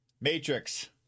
Matrix